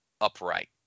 upright